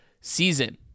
season